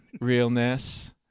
realness